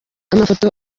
amafoto